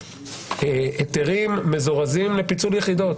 היתרים מזורזים לפיצול יחידות.